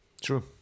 true